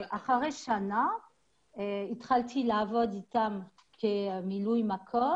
אחרי שנה התחלתי לעבוד שם כממלאת מקום